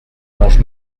mange